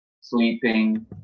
sleeping